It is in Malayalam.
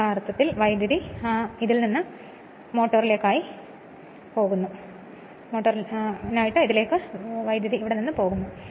യഥാർത്ഥത്തിൽ വൈദ്യുതി നിങ്ങൾ നോക്കുകയാണെങ്കിൽ ആ വൈദ്യുതി ഇതിൽ നിന്ന് മോട്ടോറിനായി പോകുന്നു